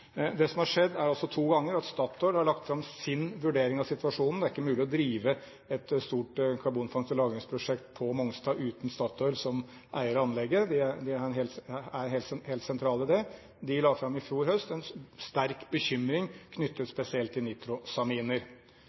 Det som har skjedd, er at Statoil to ganger har lagt fram sin vurdering av situasjonen. Det er ikke mulig å drive et stort karbonfangst- og lagringsprosjekt på Mongstad uten Statoil som eier av anlegget. De er helt sentrale i det. De la i fjor høst fram en sterk bekymring knyttet spesielt til nitrosaminer.